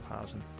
housing